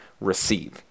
receive